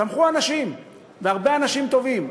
צמחו אנשים, והרבה אנשים, טובים.